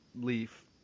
leaf